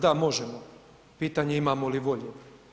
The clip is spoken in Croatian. Da, možemo, pitanje je imamo li volje.